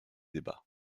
débats